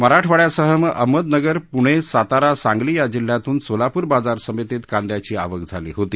मराठवाङ्यासह अहमदनगर पुणे सातारा सांगली या जिल्ह्यांतून सोलापूर बाजार समितीत कांद्याची आवक झाली होती